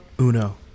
uno